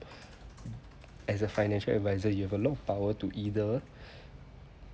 as a financial adviser you have a lot of power to either